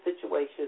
situations